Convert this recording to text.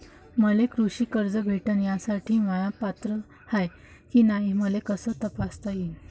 मले कृषी कर्ज भेटन यासाठी म्या पात्र हाय की नाय मले कस तपासता येईन?